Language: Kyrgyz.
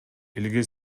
элге